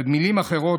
ובמילים אחרות,